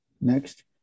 next